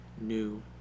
new